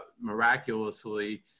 miraculously